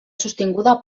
sostinguda